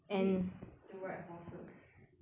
need to ride horses